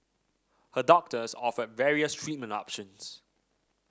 her doctors offered various treatment options